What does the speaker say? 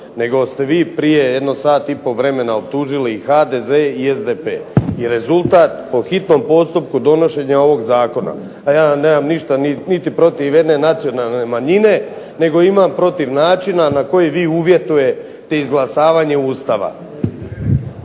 nego ste vi prije sat i pol vremena optužili HDZ i SDP i rezultat po hitnom postupku donošenje ovog Zakona. Ja nemam ništa protiv niti jedne nacionalne manjine, nego imam protiv načina na koji vi uvjetujete izglasavanje Ustava.